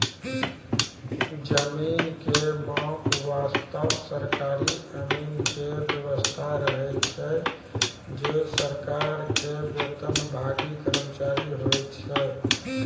जमीन के माप वास्तॅ सरकारी अमीन के व्यवस्था रहै छै जे सरकार के वेतनभागी कर्मचारी होय छै